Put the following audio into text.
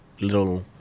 little